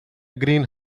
green